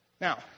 Now